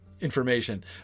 information